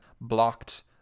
Blocked